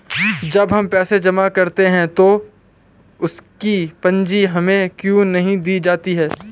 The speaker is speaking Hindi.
जब हम पैसे जमा करने जाते हैं तो उसकी पर्ची हमें क्यो नहीं दी जाती है?